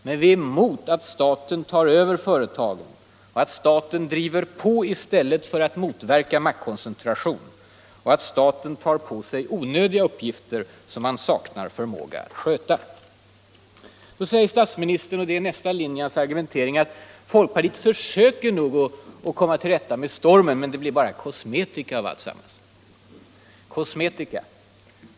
Men vi är emot att staten tar över företag, att staten driver på i stället för motverkar maktkoncentration och att staten tar på sig onödiga uppgifter som den saknar förmåga att sköta. Då säger statsministern — och det är nästa linje i hans argumentering — att folkpartiet nog försöker att komma till rätta med stormen men att det bara blir ”kosmetika” av alltsammans. Kosmetika?